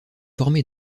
formé